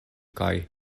kaj